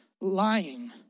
lying